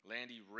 Landy